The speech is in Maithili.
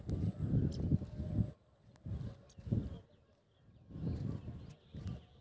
चिरौंजीक उपयोग सालो भरि व्यंजन, मिठाइ आ सेवइ इत्यादि बनाबै मे कैल जाइ छै